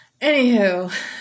Anywho